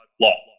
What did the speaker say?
law